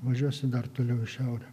važiuosi dar toliau į šiaurę